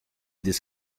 this